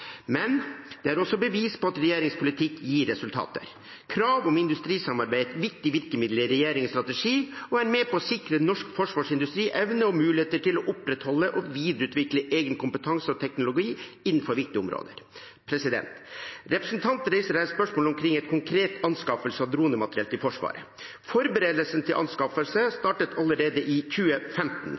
Men det er også bevis på at regjeringens politikk gir resultater. Krav om industrisamarbeid er et viktig virkemiddel i regjeringens strategi og er med på å sikre norsk forsvarsindustris evne og muligheter til å opprettholde og videreutvikle egen kompetanse og teknologi innenfor viktige områder. Representanten reiser her spørsmål omkring en konkret anskaffelse av dronemateriell til Forsvaret. Forberedelsen til anskaffelsen startet allerede i 2015.